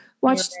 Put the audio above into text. watch